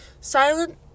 silent